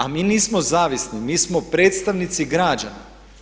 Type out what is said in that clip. A mi nismo zavisni, mi smo predstavnici građana.